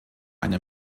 eine